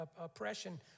oppression